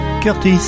Curtis